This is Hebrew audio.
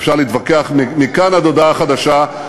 אפשר להתווכח מכאן עד הודעה חדשה,